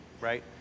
right